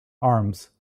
arms